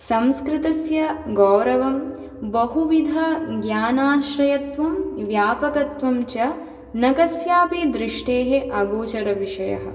संस्कृतस्य गौरवं बहुविधज्ञानाश्रयत्वं व्यापकत्वं च न कस्यापि दृष्टेः अगोचरविषयः